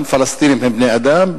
גם פלסטינים הם בני-אדם,